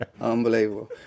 Unbelievable